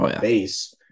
base